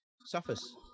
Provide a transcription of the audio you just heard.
suffers